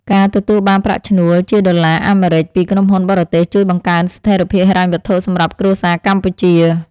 ការទទួលបានប្រាក់ឈ្នួលជាដុល្លារអាមេរិកពីក្រុមហ៊ុនបរទេសជួយបង្កើនស្ថិរភាពហិរញ្ញវត្ថុសម្រាប់គ្រួសារកម្ពុជា។